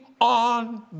on